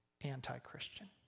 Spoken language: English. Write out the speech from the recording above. anti-Christian